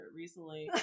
recently